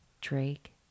Drake